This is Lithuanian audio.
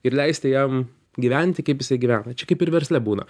ir leisti jam gyventi kaip jisai gyvena čia kaip ir versle būna